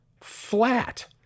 flat